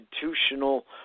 constitutional